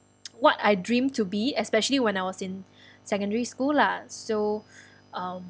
what I dream to be especially when I was in secondary school lah so um